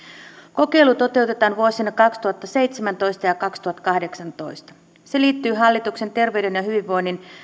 kokeilu toteutetaan vuosina kaksituhattaseitsemäntoista ja kaksituhattakahdeksantoista se liittyy hallituksen terveyden ja hyvinvoinnin